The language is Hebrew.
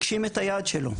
הגשים את היעד שלו.